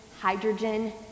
hydrogen